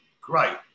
Great